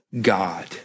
God